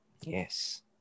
Yes